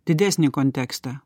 didesnį kontekstą